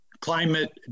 climate